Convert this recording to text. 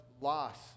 loss